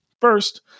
First